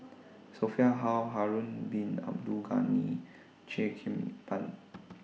Sophia Hull Harun Bin Abdul Ghani Cheo Kim Ban